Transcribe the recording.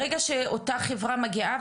ברגע שאותה חברה מגיעה,